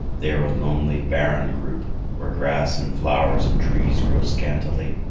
they are a lonely, barren group, where grass and flowers and trees grow scantily.